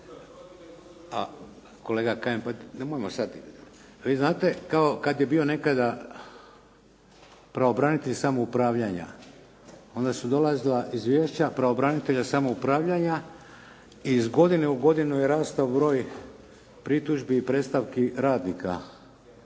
A kolega Kajin nemojmo sada. Vi znate kada je bio nekada pravobranitelj samoupravljanja, onda su dolazila izvješća pravobranitelja samoupravljanja i iz godine u godinu je rastao broj pritužbi i predstavki radnika